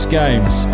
games